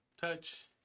touch